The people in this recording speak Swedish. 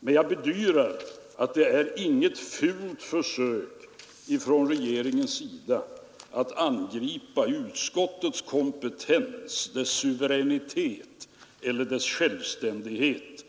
Men jag bedyrar att det är inget fult försök från regeringen att angripa utskottets kompetens eller dess suveränitet och självständighet,